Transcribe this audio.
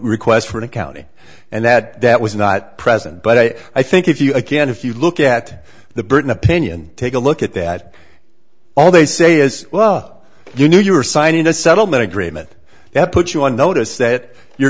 request for the county and that that was not present but i think if you again if you look at the burton opinion take a look at that all they say is well you knew you were signing a settlement agreement that put you on notice that your